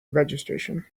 registration